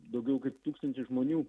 daugiau kaip tūkstantis žmonių